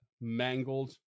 mangled